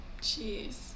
jeez